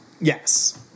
Yes